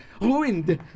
Ruined